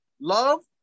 Love